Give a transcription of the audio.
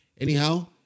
Anyhow